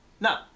No